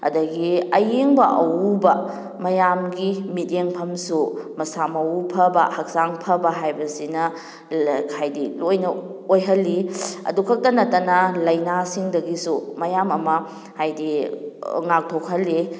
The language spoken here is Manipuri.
ꯑꯗꯒꯤ ꯑꯌꯦꯡꯕ ꯑꯎꯕ ꯃꯌꯥꯝꯒꯤ ꯃꯤꯠꯌꯦꯡꯐꯝꯁꯨ ꯃꯁꯥ ꯃꯎ ꯐꯕ ꯍꯛꯆꯥꯡ ꯐꯕ ꯍꯥꯏꯕꯁꯤꯅ ꯍꯥꯏꯗꯤ ꯂꯣꯏꯅ ꯑꯣꯏꯍꯜꯂꯤ ꯑꯗꯨ ꯈꯛꯇ ꯅꯠꯇꯅ ꯂꯥꯏꯅꯥꯁꯤꯡꯗꯒꯤꯁꯨ ꯃꯌꯥꯝ ꯑꯃ ꯍꯥꯏꯗꯤ ꯉꯥꯛꯊꯣꯛꯍꯜꯂꯤ